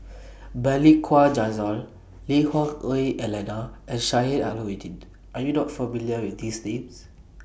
Balli Kaur Jaswal Lui Hah Wah Elena and Sheik Alau'ddin Are YOU not familiar with These Names